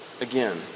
again